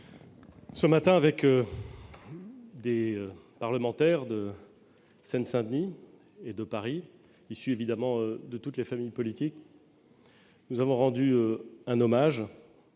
ce matin, avec des parlementaires de Seine-Saint-Denis et de Paris, issus de toutes les familles politiques, nous avons rendu hommage